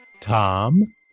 tom